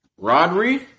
Rodri